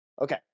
Okay